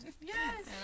Yes